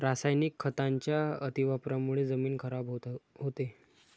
रासायनिक खतांच्या अतिवापरामुळे जमीन खराब होते